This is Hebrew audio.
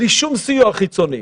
בלי שום סיוע חיצוני,